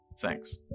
Thanks